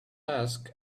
ask